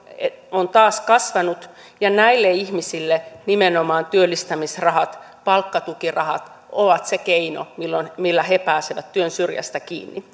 on taas kasvanut ja näille ihmisille nimenomaan työllistämisrahat ja palkkatukirahat ovat se keino millä he pääsevät työn syrjään kiinni